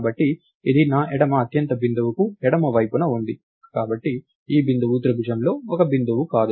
కాబట్టి ఇది నా ఎడమ అత్యంత బిందువుకు ఎడమ వైపున ఉంది కాబట్టి ఈ బిందువు త్రిభుజంలో ఒక బిందువు కాదు